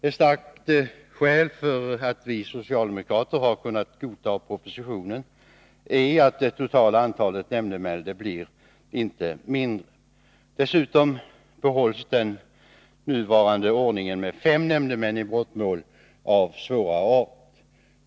Ett starkt skäl till att vi socialdemokrater har kunnat godta propositionen är att det totala antalet nämndemän inte blir mindre. Dessutom behålls den nuvarande ordningen med fem nämndemän i brottmål av svårare art.